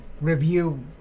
review